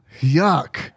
Yuck